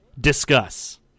Discuss